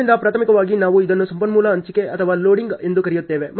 ಆದ್ದರಿಂದ ಪ್ರಾಥಮಿಕವಾಗಿ ನಾವು ಇದನ್ನು ಸಂಪನ್ಮೂಲ ಹಂಚಿಕೆ ಅಥವಾ ಲೋಡಿಂಗ್ ಎಂದು ಕರೆಯುತ್ತೇವೆ